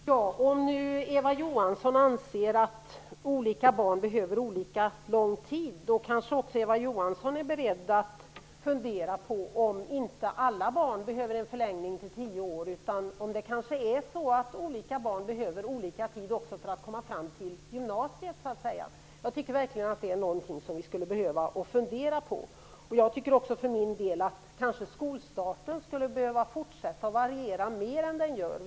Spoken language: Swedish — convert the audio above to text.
Herr talman! Eva Johansson anser att olika barn behöver olika lång tid. Då kanske Eva Johansson också är beredd att fundera på om alla barn behöver en förlängning av skoltiden till tio år. Det kanske inte behövs lika lång tid för alla barn innan de kan börja gymnasiet. Detta är verkligen något som vi skulle behöva fundera på. Jag tycker för min del att skolstarten i fortsättningen skulle variera mer än den gör nu.